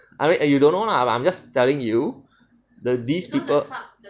I mean err you don't know lah but I'm just telling you that these people